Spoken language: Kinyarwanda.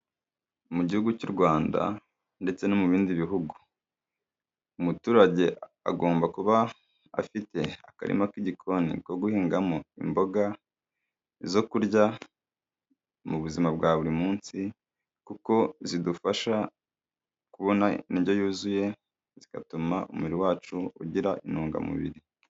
Mu Gihugu cy'u Rwanda ndetse no mu bindi bihugu, umuturage agomba kuba afite akarima k'igikoni ko guhingamo imboga zo kurya mu buzima bwa buri munsi kuko zidufasha kubona indyo yuzuye, zigatuma umubiri wacu ugira intungamubiri.